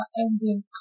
ending